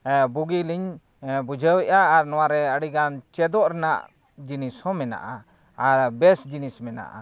ᱵᱩᱜᱤᱞᱤᱧ ᱵᱩᱡᱷᱟᱹᱣᱮᱫᱼᱟ ᱟᱨ ᱱᱚᱣᱟᱨᱮ ᱟᱹᱰᱤᱜᱟᱱ ᱪᱮᱫᱚᱜ ᱨᱮᱱᱟᱜ ᱡᱤᱱᱤᱥᱦᱚᱸ ᱢᱮᱱᱟᱜᱼᱟ ᱟᱨ ᱵᱮᱥ ᱡᱤᱱᱤᱥ ᱢᱮᱱᱟᱜᱼᱟ